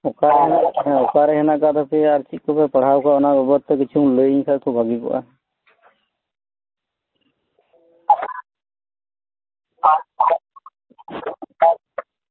ᱚᱠᱟᱨᱮ ᱦᱮᱱᱟᱜ ᱠᱟᱜ ᱛᱟᱯᱮᱭᱟ ᱟᱨ ᱪᱮᱫ ᱠᱚᱯᱮ ᱯᱟᱲᱦᱟᱣ ᱠᱚᱣᱟ ᱚᱱᱟᱠᱚ ᱵᱟᱵᱚᱫ ᱛᱮ ᱛᱷᱚᱲᱟᱢ ᱞᱟᱹᱭᱟᱧ ᱠᱷᱟᱱ ᱵᱷᱟᱹᱜᱮ ᱠᱚᱜᱼᱟ